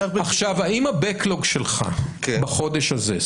האם ה-backlog שלך בחודש הזה,